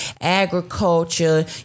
agriculture